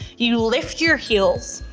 you lift your heels,